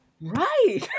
Right